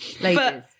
Ladies